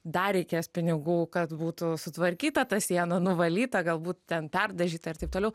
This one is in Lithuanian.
dar reikės pinigų kad būtų sutvarkyta ta siena nuvalyta galbūt ten perdažyta ir taip toliau